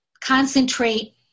concentrate